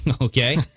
Okay